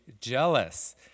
jealous